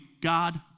God